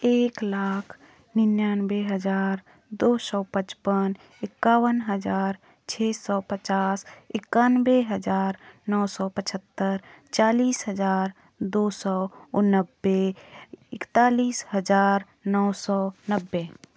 एक लाख निन्यानबे हजार दो सौ पचपन इक्यावन हजार छः सौ पचास इक्यानबे हजार नौ सौ पचहत्तर चालीस हजार दो सौ नब्बे इकतालीस हजार नौ सौ नब्बे